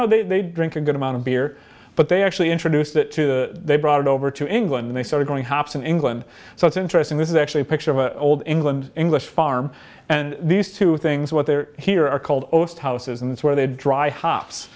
know they they drink a good amount of beer but they actually introduce that to they brought it over to england they started going hops in england so it's interesting this is actually a picture of a old england english farm and these two things what they're here are called ost houses and that's where they dry hops